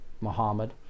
Muhammad